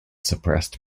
suppressed